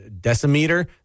decimeter